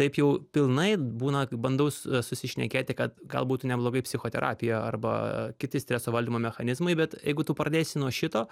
taip jau pilnai būna bandau susišnekėti kad gal būtų neblogai psichoterapija arba kiti streso valdymo mechanizmai bet jeigu tu pradėsi nuo šito